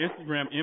Instagram